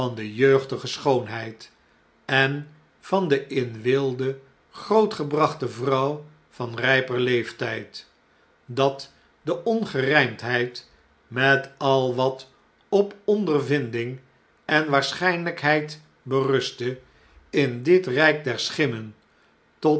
de jeugdige schoonheid en van de in weelde grootgebrachte vrouw van rjjper leeftijd dat de ongerjjmdheid metal wat op ondervinding en waarschgnlijkheid berustte in dit rjjk der schimmen